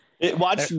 Watch